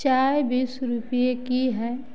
चाय बीस रुपए की है